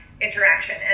interaction